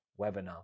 webinar